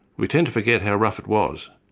we tend to forget how rough it was.